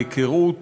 היכרות,